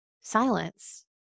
silence